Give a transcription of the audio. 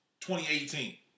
2018